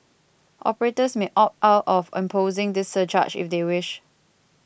operators may opt out of imposing this surcharge if they wish